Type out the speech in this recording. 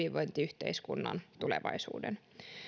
hyvinvointiyhteiskunnan tulevaisuuden